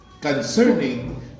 Concerning